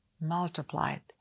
multiplied